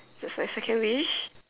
that's like second wish